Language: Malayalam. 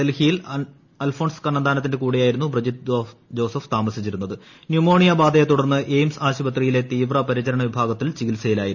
ഡൽഹിയിൽ പുത്രൻ അൽഫോൺസിന്റെ കൂടെയായിരുന്ന ബ്രിജിത് ജോസഫ് ന്യുമോണിയ ബാധയെ തുടർന്ന് എയിംസ് ആശുപത്രിയിലെ തീവ്രപരിചരണ വിഭാഗത്തിൽ ചികിത്സയിലായിരുന്നു